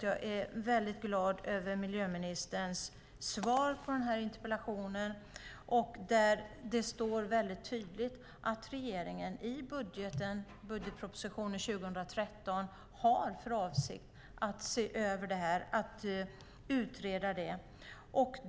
Jag är glad över miljöministerns svar på interpellationen. Det står tydligt att regeringen i budgetpropositionen 2013 har för avsikt att se över och utreda detta.